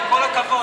עם כל הכבוד.